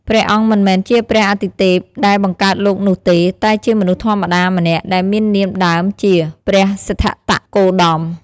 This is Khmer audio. ព្រះអង្គមិនមែនជាព្រះអាទិទេពដែលបង្កើតលោកនោះទេ តែជាមនុស្សធម្មតាម្នាក់ដែលមាននាមដើមថា ព្រះសិទ្ធត្ថ គោតម។